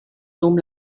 dum